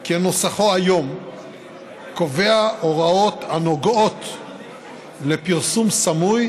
כנוסחו היום קובע הוראות הנוגעות לפרסום סמוי,